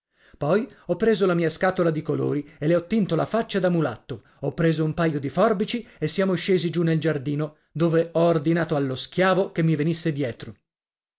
poi ho preso la mia scatola di colori e le ho tinto la faccia da mulatto ho preso un paio di forbici e siamo scesi giù nel giardino dove ho ordinato allo schiavo che mi venisse dietro